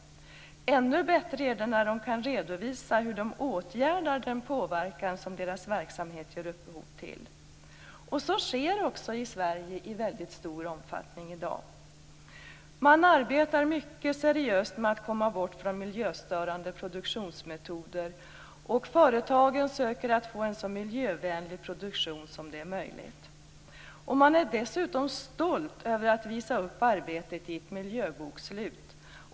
Ännu bättre är det när de kan redovisa hur de åtgärdar den påverkan som deras verksamhet ger upphov till. Så sker också i Sverige i väldigt stor omfattning i dag. Man arbetar mycket seriöst med att komma bort från miljöstörande produktionsmetoder, och företagen försöker att få en så miljövänlig produktion som möjligt. Man är dessutom stolt över att visa upp arbetet i ett miljöbokslut.